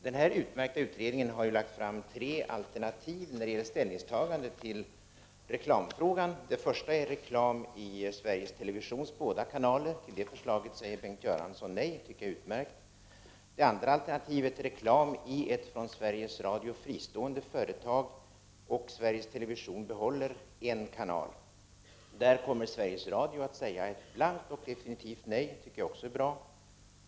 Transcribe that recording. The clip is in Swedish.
Denna utmärkta utredning har lagt fram tre alternativ när det gäller ställningstagande till reklamfrågan. Det första är reklam i Sveriges televisions båda kanaler. Till det förslaget säger Bengt Göransson nej, och det är utmärkt. Det andra alternativet är reklam i ett från Sveriges Radio fristående företag, och Sveriges television behåller en kanal. Där kommer Sveriges Radio att säga ett blankt och definitivt nej, och det är också bra.